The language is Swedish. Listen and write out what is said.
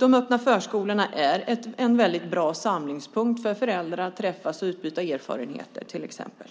De öppna förskolorna är en väldigt bra samlingspunkt för föräldrar att träffas och utbyta erfarenheter. Fru talman!